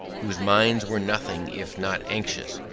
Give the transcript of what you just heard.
whose minds were nothing if not anxious,